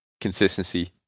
consistency